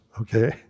okay